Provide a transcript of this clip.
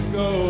go